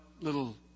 little